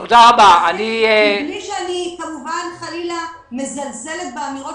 שבהן אנחנו צריכים לטפל מחדש בנושא של